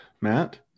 Matt